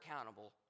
accountable